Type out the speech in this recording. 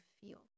feel